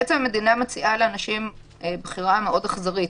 בעצם המדינה מציבה לאנשים בחירה מאוד אכזרית: